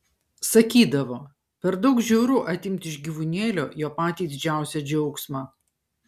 sakydavo per daug žiauru atimti iš gyvūnėlio jo patį didžiausią džiaugsmą